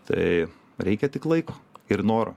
tai reikia tik laiko ir noro